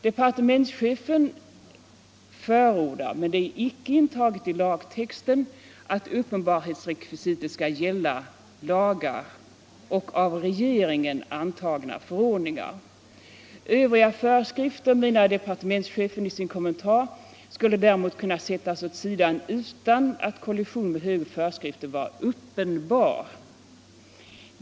Departementschefen förordar i sitt yttrande att uppenbarhetsrekvisitet skall gälla lagar och av regeringen antagna förordningar. Övriga föreskrifter, menar departementschefen i sin kommentar, skulle däremot kunna sättas åt sidan utan att kollision med högre föreskrifter var uppenbar.